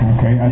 Okay